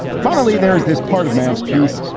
finally, there is this part of mann's piece,